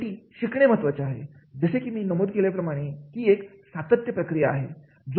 शेवटी शिकणे महत्त्वाचे आहे जसे की मी नमूद केल्याप्रमाणे ही एक सातत्य प्रक्रिया आहे